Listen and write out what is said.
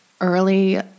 early